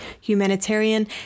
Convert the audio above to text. humanitarian